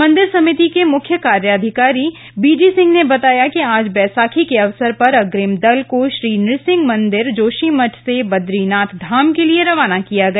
मंदिर समिति के मुख्य कार्याधिकारी बी डी सिंह ने बताया कि आज बैसाखी के अवसर पर अग्रिम दल को श्री नुसिंह मंदिर जोशीमठ से बदरीनाथ धाम के लिए रवाना किया गया